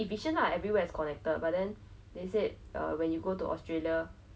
mixed reactions but I guess that generally can just try